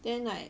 then like